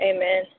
Amen